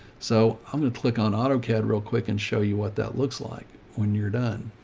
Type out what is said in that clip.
so i'm going to click on autocad real quick and show you what that looks like when you're done.